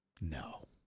No